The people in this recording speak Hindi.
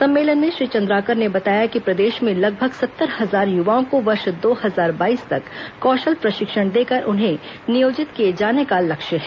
सम्मेलन में श्री चंद्राकर ने बताया कि प्रदेश में लगभग सत्तर हजार युवाओं को वर्ष दो हजार बाईस तक कौशल प्रशिक्षण देकर उन्हें नियोजित किए जाने का लक्ष्य है